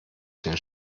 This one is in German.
den